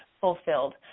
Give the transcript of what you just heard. fulfilled